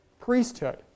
priesthood